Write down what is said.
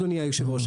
אדוני היושב ראש,